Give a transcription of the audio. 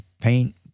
paint